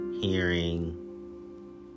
Hearing